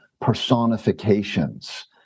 Personifications